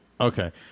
okay